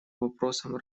вопросам